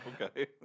Okay